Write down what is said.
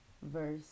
verse